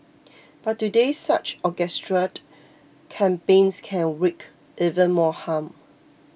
but today such orchestrated campaigns can wreak even more harm